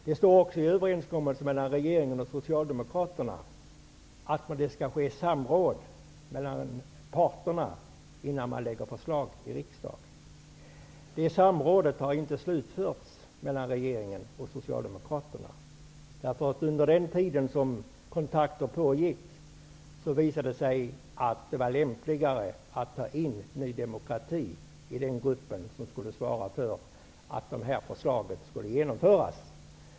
Det står också i överenskommelsen mellan regeringen och Socialdemokraterna att det skall ske samråd mellan parterna innan man lägger fram förslag i riksdagen. Detta samråd har inte slutförts mellan regeringen och Socialdemokraterna. Under den tiden som kontakter hölls, visade det sig nämligen att det var lämpligare att ta in Ny demokrati i den grupp som skulle svara för att detta förslag skulle genomföras.